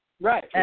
Right